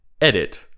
edit